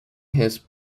his